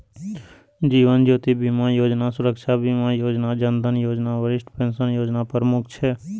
जीवन ज्योति बीमा योजना, सुरक्षा बीमा योजना, जन धन योजना, वरिष्ठ पेंशन योजना प्रमुख छै